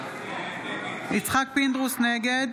נגד